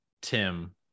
Tim